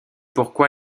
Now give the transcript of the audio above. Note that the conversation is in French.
pourquoi